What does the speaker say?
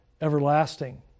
everlasting